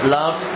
love